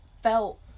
felt